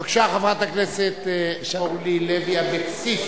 בבקשה, חברת הכנסת אורלי לוי אבקסיס.